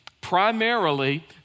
Primarily